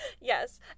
Yes